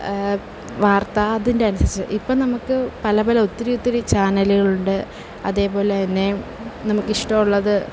വാർത്ത അതിന് അതിന് അനുസരിച്ചു ഇപ്പം നമുക്ക് പലപല ഒത്തിരി ഒത്തിരി ചാനലുകളുണ്ട് അതേപോലെ തന്നെ നമുക്ക് ഇഷ്ടമുള്ളത്